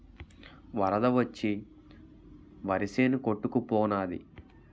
వరద వచ్చి వరిసేను కొట్టుకు పోనాది